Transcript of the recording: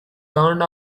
turned